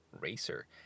Racer